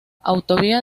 autovía